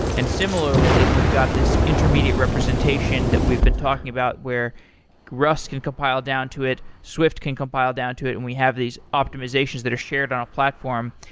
and similarly, we've got this intermediate representation that we've been talking about where rust can compile down to it. swift can compile down to it, and we have these optimizations that are shared on a platform.